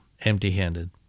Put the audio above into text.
empty-handed